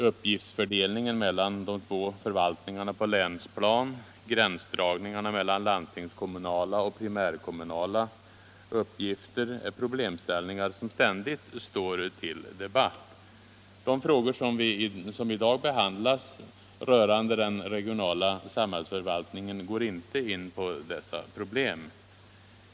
Uppgiftsfördelningen mellan de två förvaltningarna på länsplanet och gränsdragningarna mellan landstingskommunala och primärkommunala uppgifter är problemställningar som ständigt står under debatt. De frågor som i dag behandlas rörande den regionala samhällsförvaltningen går inte in på dessa problem.